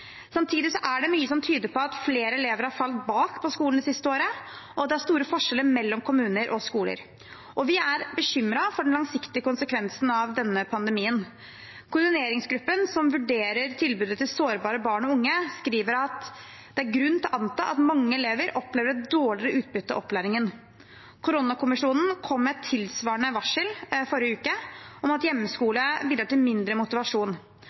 Samtidig er det mye som tyder på at flere elever har falt bakpå på skolen det siste året, og at det er store forskjeller mellom kommuner og skoler. Vi er bekymret for den langsiktige konsekvensen av denne pandemien. Koordineringsgruppen som vurderer tilbudet til sårbare barn og unge, skriver at det er grunn til å anta at mange elever opplever et dårligere utbytte av opplæringen. Koronakommisjonen kom forrige uke med et tilsvarende varsel, om at hjemmeskole bidrar til mindre motivasjon.